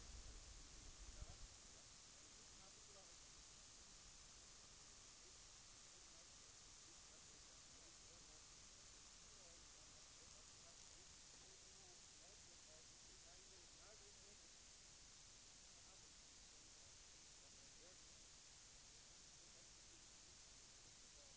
Men jag anser inte att regeringens handläggning av den här frågan skapar några nya arbetstillfällen.